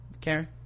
Karen